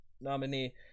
nominee